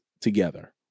together